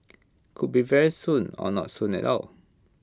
could be very soon or not so soon at all